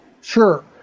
Sure